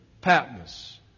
Patmos